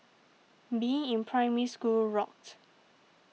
being in Primary School rocked